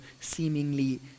seemingly